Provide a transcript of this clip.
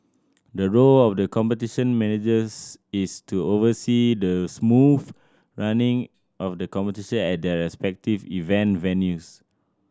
the role of the Competition Managers is to oversee the smooth running of the competition at their respective event venues